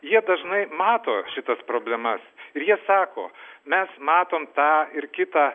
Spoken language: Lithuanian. jie dažnai mato šitas problemas ir jie sako mes matom tą ir kitą